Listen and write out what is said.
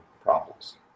problems